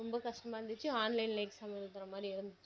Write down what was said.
ரொம்ப கஷ்டமாக இருந்துச்சு ஆன்லைனில் எக்ஸாம் எழுதுகிற மாதிரி இருந்துச்சு